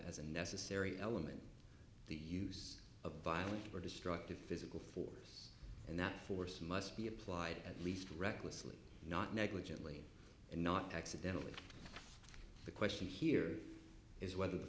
as a necessary element the use of violent or destructive physical force and that force must be applied at least recklessly not negligently and not accidentally the question here is whether the